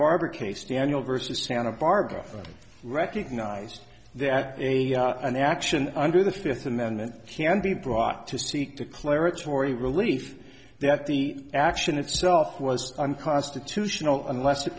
barbara case daniel versus santa barbara recognized that an action under the fifth amendment can be brought to seek declaratory relief that the action itself was unconstitutional unless it